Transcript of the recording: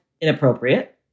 inappropriate